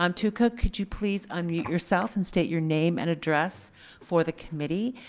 um tooka, could you please unmute yourself and state your name and address for the committee.